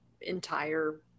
entire